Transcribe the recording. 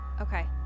Okay